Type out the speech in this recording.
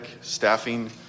staffing